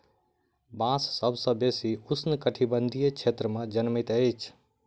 बांस सभ सॅ बेसी उष्ण कटिबंधीय क्षेत्र में जनमैत अछि